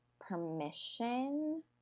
permission